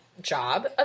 job